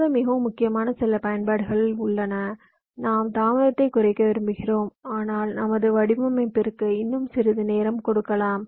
தாமதம் மிகவும் முக்கியமான சில பயன்பாடுகளில் உள்ளன நாம் தாமதத்தை குறைக்க விரும்புகிறோம் ஆனால் நமது வடிவமைப்பிற்கு இன்னும் சிறிது நேரம் கொடுக்கலாம்